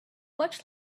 much